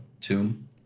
tomb